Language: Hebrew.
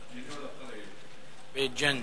בית-ג'ן.